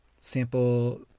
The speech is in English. sample